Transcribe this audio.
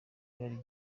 hari